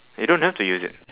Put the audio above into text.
you don't have to use it